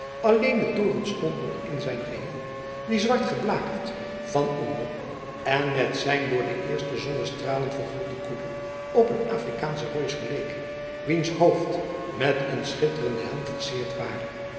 alleen de toren stond nog in zijn geheel die zwart geblakerd van onder en met zijn door de eerste zonnestralen vergulden koepel op een afrikaanschen reus geleek wiens hoofd met een schitterenden helm versierd ware